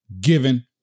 given